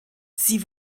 sie